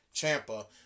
Champa